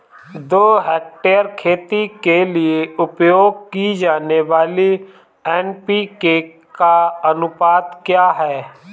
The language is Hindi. दो हेक्टेयर खेती के लिए उपयोग की जाने वाली एन.पी.के का अनुपात क्या है?